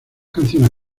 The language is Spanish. canciones